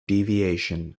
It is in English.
deviation